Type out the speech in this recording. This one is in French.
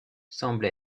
semble